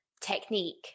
technique